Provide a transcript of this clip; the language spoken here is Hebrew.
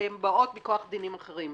שבאות מכוח דינים אחרים.